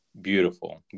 beautiful